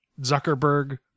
Zuckerberg